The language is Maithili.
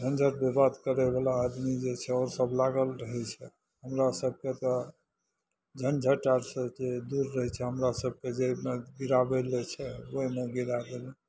झंझटिके बात करैवला आदमी जे छै ओसब लागल रहै छै हमरा सभकेँ तऽ झंझटि आओर छै जे दूर रहै छै हमरा सभकेँ जाहिमे गिराबै ले दै छै ओहिमे गिरै देलहुँ